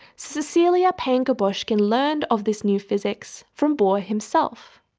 cecilia payne-gaposchkin learned of this new physics from bohr himself,